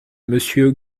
monsieur